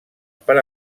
per